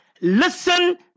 Listen